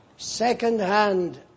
Second-hand